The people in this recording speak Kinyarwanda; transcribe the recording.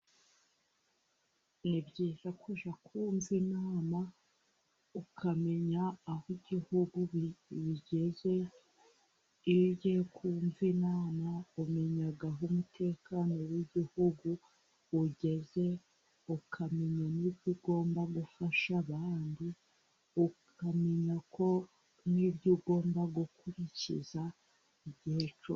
Ni byiza kujya kumva inama ukamenya aho igihugu bigeze, iyo ujyiye kumva inama umenya aho umutekano w'igihugu ugeze, ukamenya n'ibyo ugomba gufasha abandi, ukamenya ko nk'ibyo ugomba gukurikiza igihe cyose